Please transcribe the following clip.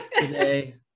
today